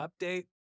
update